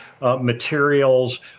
materials